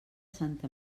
santa